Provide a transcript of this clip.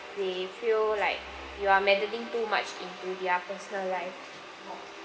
they feel like you are meddling too much into their personal life